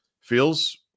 feels